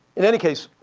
in any case,